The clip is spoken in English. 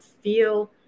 feel